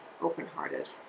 open-hearted